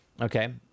Okay